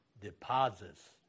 deposits